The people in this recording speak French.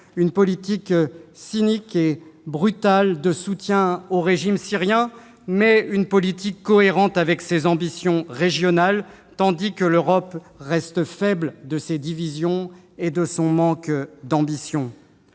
une politique cynique et brutale de soutien au régime syrien, en cohérence avec ses ambitions régionales, tandis que l'Europe reste faible de ses divisions et de son manque d'ambition.